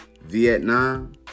Vietnam